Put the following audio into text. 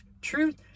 Truth